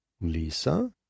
Lisa